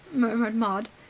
murmured maud.